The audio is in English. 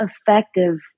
effective